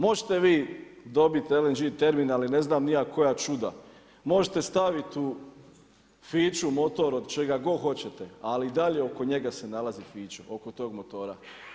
Možete vi dobiti LNG terminal i ne znam ni ja koja čuda, možete staviti u Fiću motor od čega god hoćete, ali i dalje oko njega se nalazi Fićo oko tog motora.